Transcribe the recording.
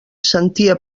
sentia